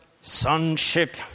sonship